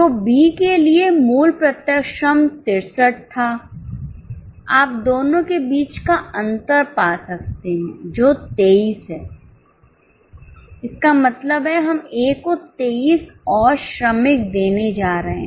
तो बी के लिए मूल प्रत्यक्ष श्रम 63 था आप दोनों के बीच का अंतर पा सकते हैं जो 23 है इसका मतलब है हम ए को 23 और श्रमिक देने जा रहे हैं